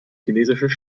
chinesisches